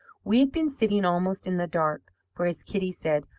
we had been sitting almost in the dark, for, as kitty said,